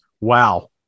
wow